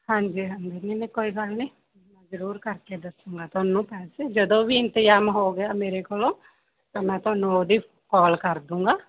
ਹਾਂਜੀ ਹਾਂਜੀ ਨਹੀਂ ਮੈਂ ਕੋਈ ਗੱਲ ਨਹੀਂ ਜ਼ਰੂਰ ਕਰਕੇ ਦੱਸੂਗਾ ਤੁਹਾਨੂੰ ਪੈਸੇ ਜਦੋਂ ਵੀ ਇੰਤਜਾਮ ਹੋ ਗਿਆ ਮੇਰੇ ਕੋਲੋਂ ਤਾਂ ਮੈਂ ਤੁਹਾਨੂੰ ਉਦੋਂ ਹੀ ਕੋਲ ਕਰਦੂੰਗਾ